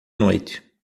noite